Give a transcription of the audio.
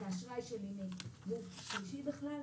את האשראי שלי מגוף שלישי בכלל,